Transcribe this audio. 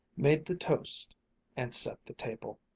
made the toast and set the table.